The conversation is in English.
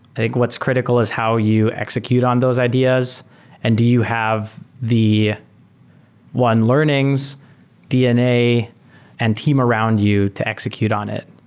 i think what's critical is how you execute on those ideas and do you have the one learnings dna and team around you to execute on it.